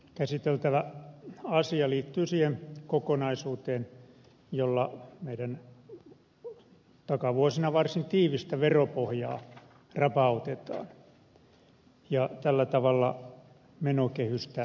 käsiteltävä asia liittyy siihen kokonaisuuteen jolla meidän takavuosina varsin tiivistä veropohjaamme rapautetaan ja tällä tavalla menokehystä kierretään